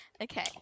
Okay